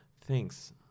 Thanks